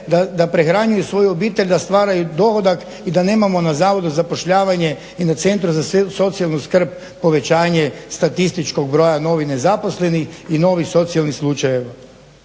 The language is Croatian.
da prehranjuju svoju obitelj, da stvaraju dohodak i da nemamo na zavodu za zapošljavanje i na centru za socijalnu skrb povećanje statističkog broja novih nezaposlenih i novih socijalnih slučajeva.